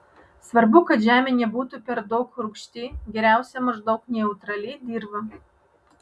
svarbu kad žemė nebūtų per daug rūgšti geriausia maždaug neutrali dirva